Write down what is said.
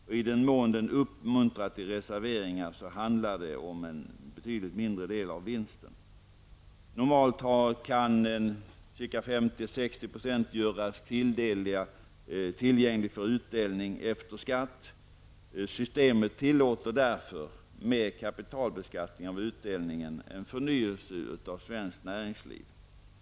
Och i den mån den uppmuntrar till reserveringar handlar det om en betydligt mindre del av vinsten. Normalt kan 50 à 60 % göras tillgängligt för utdelning efter skatt. Systemet tillåter därför -- med kapitalbeskattning av utdelningen -- en förnyelse av svenskt näringsliv.